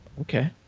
Okay